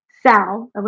Sal